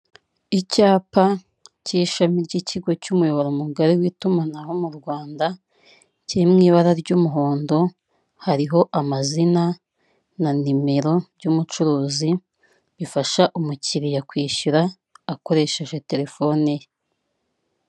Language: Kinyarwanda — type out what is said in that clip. Ikirangantego cy'u Rwanda kiriho, hepfo hariho akantu k'akazu. Harimo ahantu ho kuzuzamo ibintu, amagambo yanditse mu rurimi rw'Icyongereza, hasi harimo ibara ry'umweru byose.